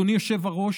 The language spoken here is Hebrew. ואדוני היושב-ראש,